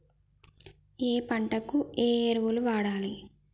ఏయే పంటకు ఏ ఎరువులు వాడాలి?